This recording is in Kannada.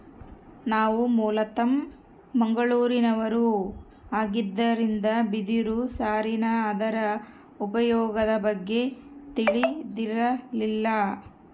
ನಾವು ಮೂಲತಃ ಮಂಗಳೂರಿನವರು ಆಗಿದ್ದರಿಂದ ಬಿದಿರು ಸಾರಿನ ಅದರ ಉಪಯೋಗದ ಬಗ್ಗೆ ತಿಳಿದಿರಲಿಲ್ಲ